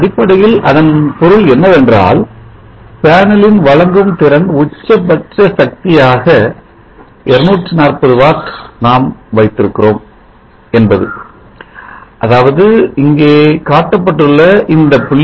அடிப்படையில் அதன் பொருள் என்னவென்றால் பேனலின் வழங்கும் திறன் உச்சபட்ச சக்தியாக 240 வாட் நாம்வைத்திருக்கிறோம் என்பது அதாவது இங்கே காட்டப்பட்டுள்ள இந்த புள்ளி